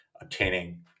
obtaining